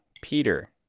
Peter